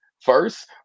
first